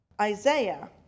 Isaiah